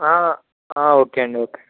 okay అండి okay